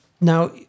now